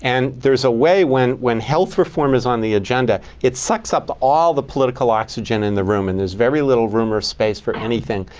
and there is a way when when health reform is on the agenda, it sucks up to all the political oxygen in the room. and there's very little room or space for anything.